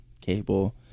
cable